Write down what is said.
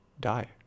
die